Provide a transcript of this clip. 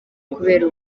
kubera